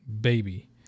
baby